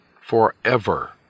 forever